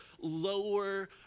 lower